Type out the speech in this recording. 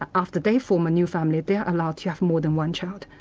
after they form a new family, they are allowed to have more than one child.